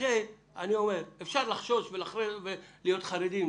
אפשר לחשוש ולהיות חרדים.